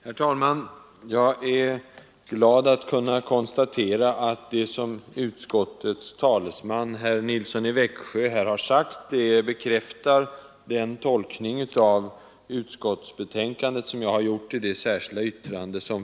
Herr talman! Jag är glad att kunna konstatera att det som utskottets talesman, herr Nilsson i Växjö, här har sagt bekräftar den tolkning av utskottsbetänkandet som jag har gjort i mitt särskilda yttrande.